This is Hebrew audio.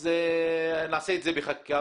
נעשה את זה בחקיקה.